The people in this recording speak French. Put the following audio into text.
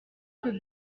peut